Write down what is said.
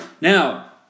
Now